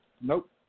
Nope